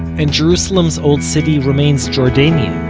and jerusalem's old city remains jordanian.